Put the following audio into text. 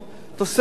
תוספת של